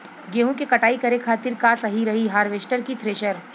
गेहूँ के कटाई करे खातिर का सही रही हार्वेस्टर की थ्रेशर?